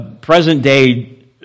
present-day